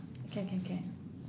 can can can